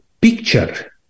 picture